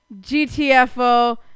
GTFO